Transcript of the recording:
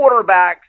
quarterbacks